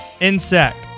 insect